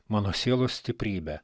mano sielos stiprybe